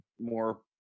more